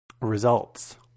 results